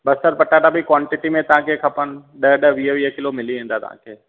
बसरु पटाटा बि कॉन्टिटी तव्हांखे खपनि ॾह ॾह वीह वीह किलो मिली वेंदा तव्हांखे